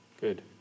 Good